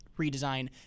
redesign